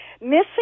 Missing